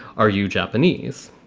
are you japanese?